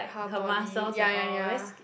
her body ya ya ya